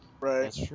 Right